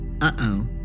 Uh-oh